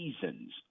seasons